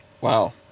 Wow